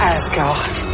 Asgard